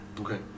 okay